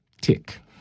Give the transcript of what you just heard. tick